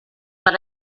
but